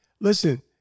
Listen